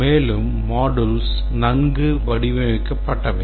மேலும் modules நன்கு வடிவமைக்கப்பட்டவை